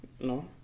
No